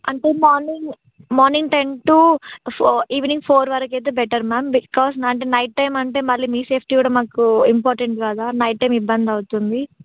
అంటే morning morning ten to four evening four వరకు అయితే బెటర్ మ్యామ్ బికాస్ అంటే నైట్ టైం అంటే మళ్ళీ మీ సేఫ్టీ కూడా మాకు ఇంపార్టెంట్ కదా నైట్ టైం ఇబ్బంది అవుతుంది